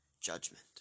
judgment